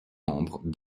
membres